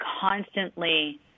constantly